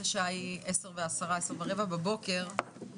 השעה היא 10:15 בבוקר,